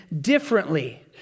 differently